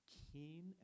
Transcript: keen